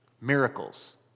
miracles